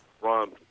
Ron